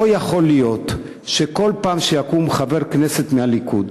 יכול להיות שכל פעם יקום חבר כנסת מהליכוד,